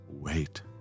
Wait